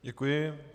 Děkuji.